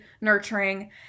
nurturing